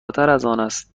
است